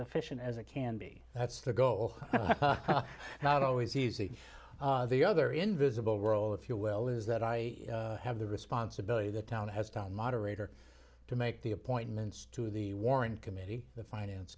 efficient as it can be that's the goal not always easy the other invisible role if you're well is that i have the responsibility the town has down moderator to make the appointments to the warren committee the finance